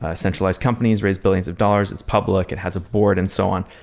ah centralized companies raise billions of dollars it's public, it has a board and so on,